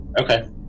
Okay